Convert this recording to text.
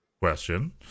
question